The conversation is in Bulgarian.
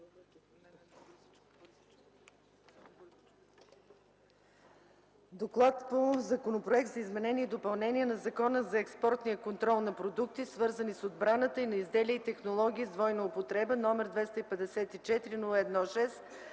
гласуване Законопроекта за изменение и допълнение на Закона за експортния контрол на продукти, свързани с отбраната, и на изделия и технологии с двойна употреба, № 254-01-6,